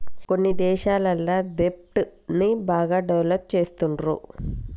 కొన్ని దేశాలల్ల దెబ్ట్ ని బాగా డెవలప్ చేస్తుండ్రు